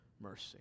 mercy